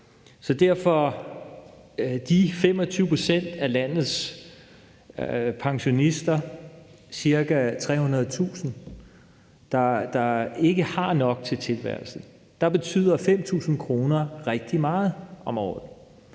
Så for de 25 pct. af landets pensionister, ca. 300.000, der ikke har nok til tilværelsen, betyder 5.000 kr. om året rigtig meget.